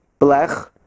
blech